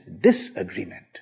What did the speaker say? disagreement